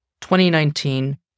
2019